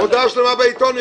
מודעה שלמה בעיתון מימנתם.